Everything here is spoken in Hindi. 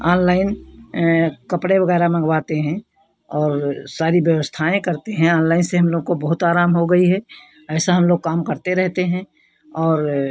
आनलाइन कपड़े वगैरह मँगवाते हैं और सारी व्यवस्थाएँ करते हैं आनलाइन से हम लोग को बहुत आराम हो गई है ऐसा हम लोग काम करते रहते हैं और